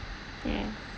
ya